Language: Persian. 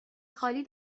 خالی